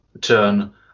Turn